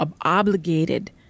obligated